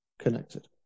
connected